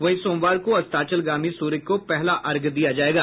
वहीं सोमवार को अस्ताचलगामी सूर्य को पहला अर्घ्य दिया जायेगा